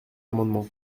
amendement